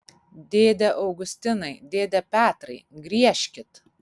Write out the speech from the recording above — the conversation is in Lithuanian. dėde augustinai dėde petrai griežkit